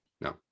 No